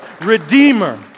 Redeemer